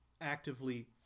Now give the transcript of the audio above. actively